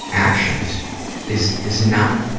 actions is, is not,